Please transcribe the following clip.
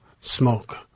smoke